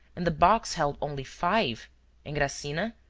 and the box held only five engracigna,